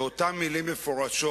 באותן מלים מפורשות,